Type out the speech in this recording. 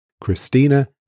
Christina